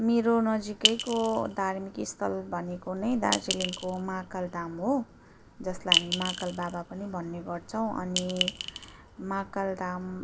मेरो नजिकैको धार्मिक स्थल भनेको नै दार्जिलिङको महाकाल धाम हो जसलाई हामी महाकाल बाबा पनि भन्ने गर्छौँ अनि महाकाल धाम